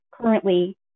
currently